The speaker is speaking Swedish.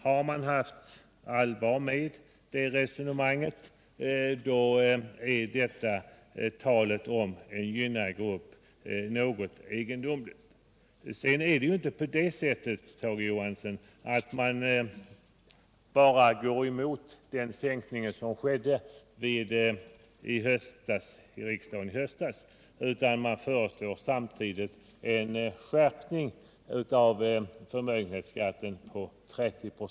Har socialdemokraterna menat allvar med sitt tidigare resonemang är ju talet nu om en gynnad grupp något egendomligt! Vidare är det inte på det sättet, Tage Johansson, att man bara går emot den skattesänkning som riksdagen beslutade om i höstas, utan man föreslår samtidigt en skärpning av förmögenhetsskatten på 30 4.